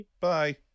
Bye